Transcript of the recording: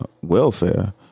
welfare